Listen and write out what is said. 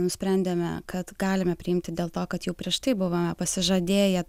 nusprendėme kad galime priimti dėl to kad jau prieš tai buvome pasižadėję